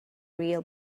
real